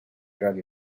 drug